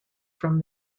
from